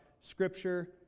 scripture